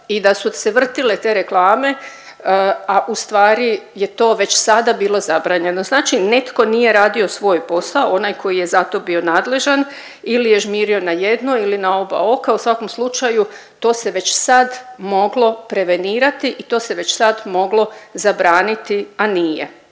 i da su se vrtile te reklame, a u stvari je to već sada bilo zabranjeno. Znači netko nije radio svoj posao, onaj koji je za to bio nadležan ili je žmirio na jedno ili na oba oka, u svakom slučaju to se već sad moglo prevenirati i to se već sad moglo zabraniti, a nije.